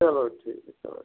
चलो ठीक है छोड़ो